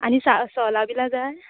आनी सा सोलां बिलां जाय